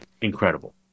incredible